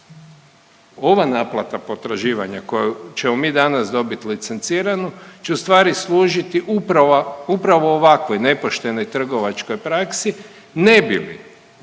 Ova naplata potraživanja koju ćemo mi danas dobiti licenciranu će u stvari služiti upravo ovakvoj nepoštenoj trgovačkog praksi ne bi li